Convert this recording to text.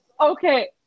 Okay